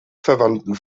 verwandten